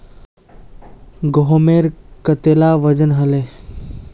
गहोमेर कतेला वजन हले